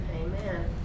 Amen